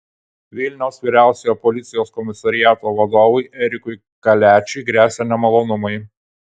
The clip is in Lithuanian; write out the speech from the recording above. vilniaus vyriausiojo policijos komisariato vadovui erikui kaliačiui gresia nemalonumai